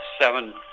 seven